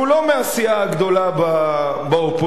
כנסת שהוא לא מהסיעה הגדולה באופוזיציה.